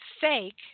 Fake